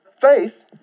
Faith